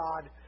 God